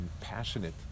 passionate